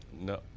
No